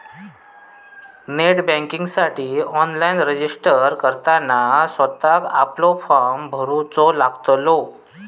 net बँकिंगसाठी online registered करताना स्वतःक आपलो फॉर्म भरूचो लागतलो